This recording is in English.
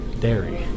dairy